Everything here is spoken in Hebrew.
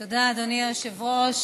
תודה, אדוני היושב-ראש.